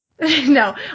No